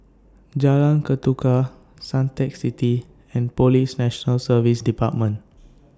Jalan Ketuka Suntec City and Police National Service department